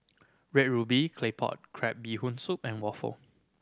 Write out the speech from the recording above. Red Ruby Claypot Crab Bee Hoon Soup and waffle